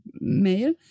mail